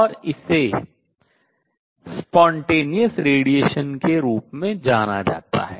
और इसे स्वतः विकिरण के रूप में जाना जाता है